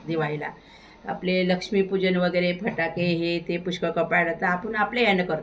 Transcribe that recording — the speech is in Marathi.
दिवाळीला आपले लक्ष्मीपूजन वगैरे फटाके हे ते पुष्कळ कपाळ आता आपण आपले ह्यानं करतो